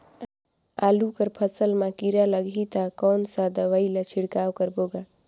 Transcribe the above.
आलू कर फसल मा कीरा लगही ता कौन सा दवाई ला छिड़काव करबो गा?